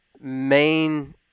main